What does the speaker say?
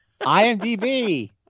IMDb